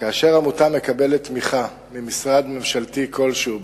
כאשר עמותה מקבלת תמיכה ממשרד ממשלתי כלשהו,